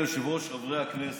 אדוני היושב-ראש, חברי הכנסת,